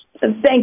Thank